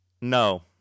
No